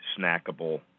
snackable